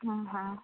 ହଁ ହଁ